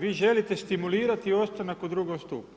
Vi želite stimulirati ostanak u II. stupu